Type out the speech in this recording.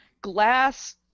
glass